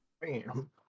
Bam